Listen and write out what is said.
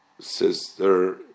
sister